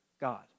God